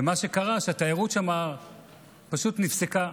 ומה שקרה, שהתיירות שם פשוט נפסקה.